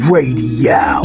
Radio